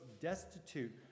destitute